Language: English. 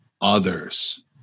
others